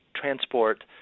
transport